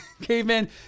Caveman